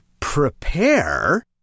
prepare